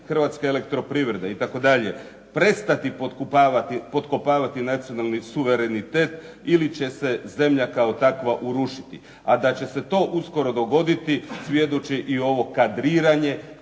Hrvatska elektroprivreda prestati potkopavati nacionalni suverenitet ili će se zemlja kao takva urušiti, a da će se to uskoro dogoditi svjedoči i ovo kadriranje,